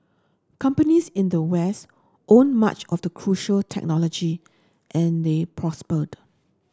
companies in the West owned much of the crucial technology and they prospered